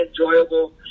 enjoyable